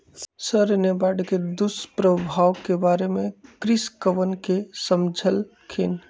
sir ने बाढ़ के दुष्प्रभाव के बारे में कृषकवन के समझल खिन